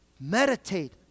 Meditate